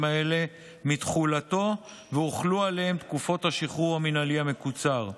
האלה מתחולתו והוחלו עליהם תקופות השחרור המינהלי המקוצר.